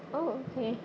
oh okay